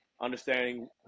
Understanding